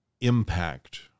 impact